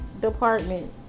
Department